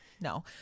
No